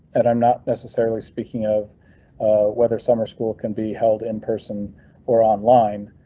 and i'm not necessarily speaking of weather, summer school can be held in person or online.